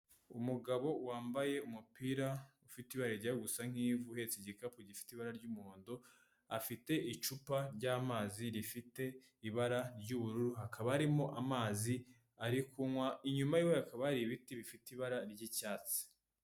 Umugabo wambaye umupira ufite ibara rijya gusa nk'ivu uhetse igikapu gifite ibara ry'umuhondo, afite icupa ry'amazi rifite ibara ry'ubururu, hakaba harimo amazi ari kunywa inyuma yiwe hakaba hari ibiti bifite ibara ry'icyatsi.